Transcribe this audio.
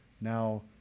Now